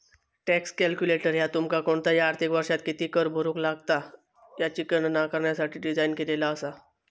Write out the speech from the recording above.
tax calculator ह्या तुमका कोणताही आर्थिक वर्षात किती कर भरुक लागात याची गणना करण्यासाठी डिझाइन केलेला असा